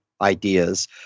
ideas